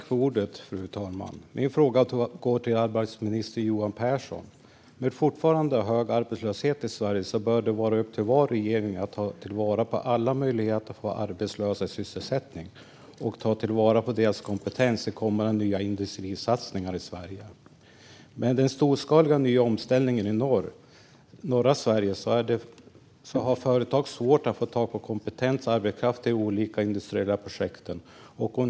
Fru talman! Min fråga går till arbetsmarknadsminister Johan Pehrson. Med fortfarande hög arbetslöshet i Sverige bör det vara upp till var regering att ta vara på alla möjligheter att få arbetslösa i sysselsättning och att ta vara på deras kompetens i kommande industrisatsningar i Sverige. I den storskaliga omställningen i norra Sverige har företag svårt att få tag på kompetent arbetskraft till olika industriella projekt.